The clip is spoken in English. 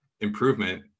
improvement